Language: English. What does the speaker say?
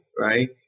right